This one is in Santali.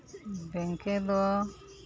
ᱵᱮᱝᱠ ᱫᱚ